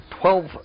Twelve